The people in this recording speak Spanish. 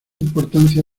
importancia